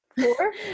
four